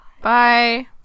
Bye